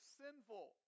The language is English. sinful